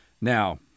Now